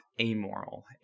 amoral